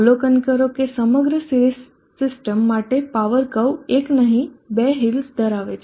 અવલોકન કરો કે સમગ્ર સિરીઝ સિસ્ટમ માટે પાવર કર્વ એક નહિ બે હિલ્સ ધરાવે છે